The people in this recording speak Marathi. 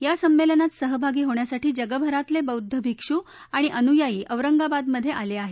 या संमेलनात सहभागी होण्यासाठी जगभरातले बौद्ध भिक्षू आणि अनुयायी औरंगाबादमधे आले आहेत